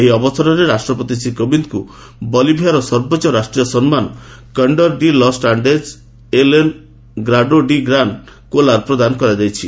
ଏହି ଅବସରରେ ରାଷ୍ଟ୍ରପତି ଶ୍ରୀ କୋବିନ୍ଦଙ୍କୁ ବଲିଭିଆର ସର୍ବୋଚ୍ଚ ରାଷ୍ଟ୍ରୀୟ ସମ୍ମାନ 'Condor de los Andes en el grado de gran collar ପ୍ରଦାନ କରାଯାଇଛି